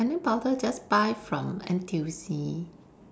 and then powder just buy from N_T_U_C